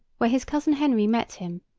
where his cousin henry met him,